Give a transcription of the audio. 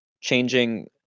changing